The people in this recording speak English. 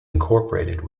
incorporated